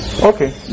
Okay